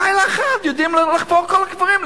לילה אחד יודעים לחפור את כל הקברים,